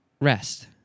rest